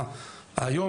היום,